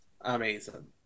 amazing